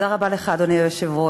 תודה רבה לך, אדוני היושב-ראש.